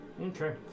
Okay